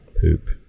poop